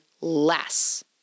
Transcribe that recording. less